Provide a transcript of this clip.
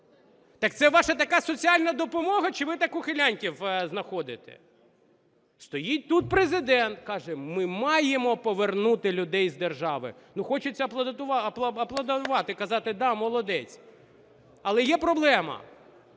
Так це ваша така соціальна допомога, чи ви так ухилянтів знаходите? Стоїть тут Президент, каже: ми маємо повернути людей з держави. Ну, хочеться аплодувати, казати: да, молодець. Але є проблема: